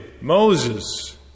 Moses